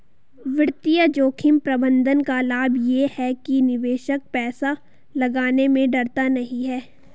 वित्तीय जोखिम प्रबंधन का लाभ ये है कि निवेशक पैसा लगाने में डरता नहीं है